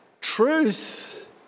truth